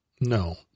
No